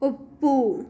ಒಪ್ಪು